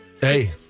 Hey